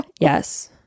yes